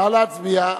נא להצביע.